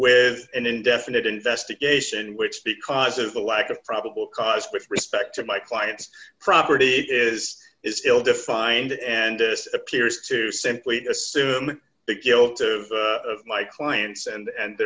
with an indefinite investigation which because of the lack of probable d cause with respect to my client's property is is ill defined and appears to simply assume the guilt of my clients and